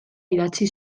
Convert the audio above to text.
idatzi